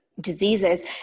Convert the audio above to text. diseases